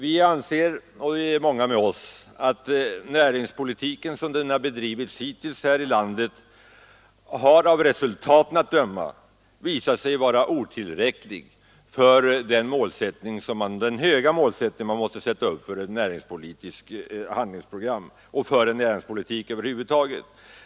Vi och många med oss anser att näringspolitiken, som den bedrivits hittills i vårt land, av resultaten att döma varit otillräcklig för den höga målsättning man måste ha för ett näringspolitiskt handlingsprogram och för en näringspolitik över huvud taget.